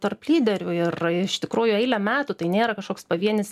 tarp lyderių ir iš tikrųjų eilę metų tai nėra kažkoks pavienis